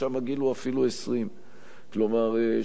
ששם הגיל הוא אפילו 20. כלומר,